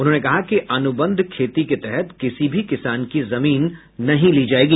उन्होंने कहा कि अनुबंध खेती के तहत किसी भी किसान की जमीन नहीं ली जायेगी